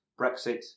Brexit